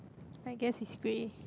I guess it's grey